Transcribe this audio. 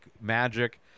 magic